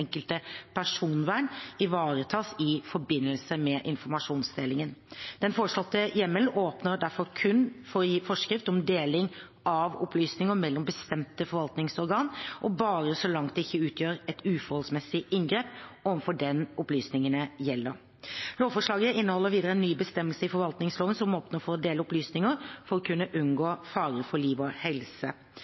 personvern ivaretas i forbindelse med informasjonsdelingen. Den foreslåtte hjemmelen åpner derfor kun for å gi forskrift om deling av opplysninger mellom bestemte forvaltningsorganer og bare så langt det ikke utgjør et uforholdsmessig inngrep overfor den opplysningene gjelder. Lovforslaget inneholder videre en ny bestemmelse i forvaltningsloven som åpner for å dele opplysninger for å kunne unngå fare for liv og helse.